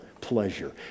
pleasure